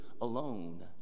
alone